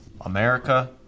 America